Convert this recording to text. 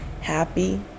happy